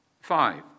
Five